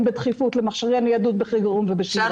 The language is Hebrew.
בדחיפות למכשירי ניידות בחירום ובשגרה.